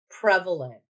prevalent